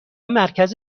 مرکز